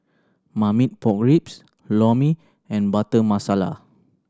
Marmite Pork Ribs Lor Mee and Butter Masala